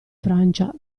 francia